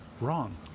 wrong